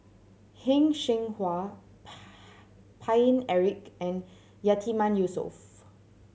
Heng Cheng Hwa Paine Eric and Yatiman Yusof